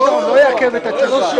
משרד הביטחון לא יעכב את התשובה.